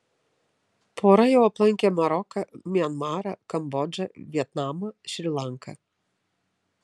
pora jau aplankė maroką mianmarą kambodžą vietnamą šri lanką